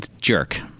jerk